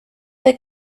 the